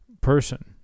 person